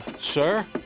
Sir